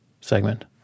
segment